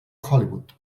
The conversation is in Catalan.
hollywood